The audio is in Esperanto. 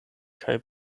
kaj